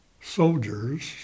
soldiers